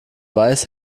weiß